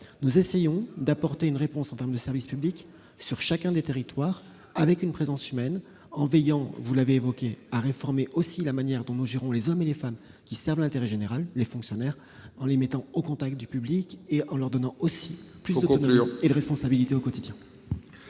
Nous essayons d'apporter une réponse en termes de services publics sur chacun des territoires avec une présence humaine, en veillant à réformer aussi la manière dont nous gérons les femmes et les hommes qui servent l'intérêt général, les fonctionnaires, en les mettant au contact du public et en leur donnant ... Il faut conclure !... plus d'autonomie et de responsabilités au quotidien.